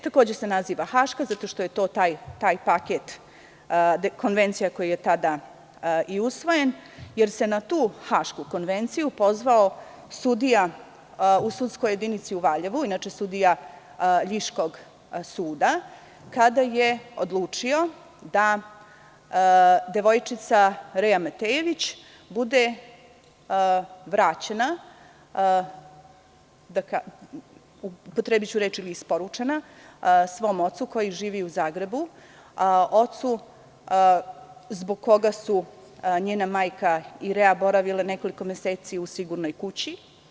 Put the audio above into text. Takođe se naziva Haška zato što je to taj paket konvencija koji je tada i usvojen, jer se na tu Hašku konvenciju pozvao sudija u sudskoj jedinici u Valjevu, inače sudija ljiškog suda, kada je odlučio da devojčica Rea Metejević bude vraćena, upotrebiću reč i isporučena svom ocu koji živi u Zagrebu, ocu zbog koga su njena majka i Rea boravile nekoliko meseci u sigurnoj kući.